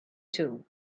two